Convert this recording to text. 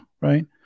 right